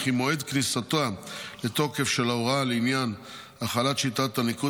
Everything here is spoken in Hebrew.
וכי מועד כניסתה לתוקף של ההוראה לעניין החלת שיטת הניקוד